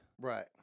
Right